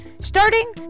Starting